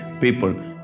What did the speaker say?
people